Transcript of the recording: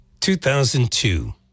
2002